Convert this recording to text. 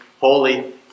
holy